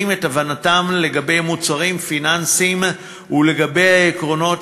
את הבנתם לגבי מוצרים פיננסיים ולגבי העקרונות